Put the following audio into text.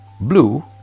blue